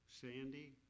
Sandy